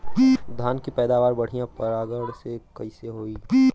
धान की पैदावार बढ़िया परागण से कईसे होई?